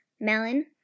melon